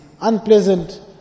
unpleasant